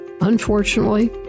Unfortunately